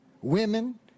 women